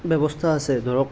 ব্যৱস্থা আছে ধৰক